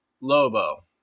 Lobo